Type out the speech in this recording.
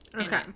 Okay